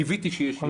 קיוויתי שאצליח,